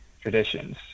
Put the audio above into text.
traditions